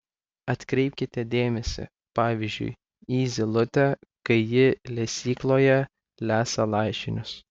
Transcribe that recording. atkreipkite dėmesį pavyzdžiui į zylutę kai ji lesykloje lesa lašinius